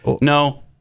no